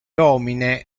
homine